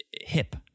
hip